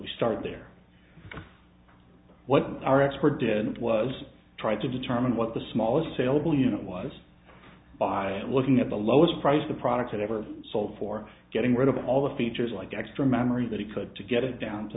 he started their what our expert did was try to determine what the smallest saleable unit was by looking at the lowest price the product had ever sold for getting rid of all the features like extra memory that he could to get it down to